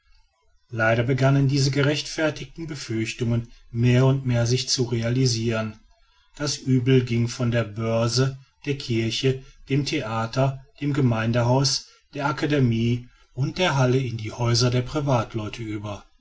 leider begannen diese gerechten befürchtungen mehr und mehr sich zu realisiren das uebel ging von der börse der kirche dem theater dem gemeindehause der akademie und der halle in die häuser der privatleute über